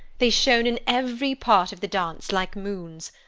they shone in every part of the dance like moons.